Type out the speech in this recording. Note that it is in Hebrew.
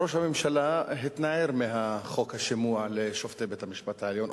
ראש הממשלה התנער מחוק השימוע לשופטי בית-המשפט העליון,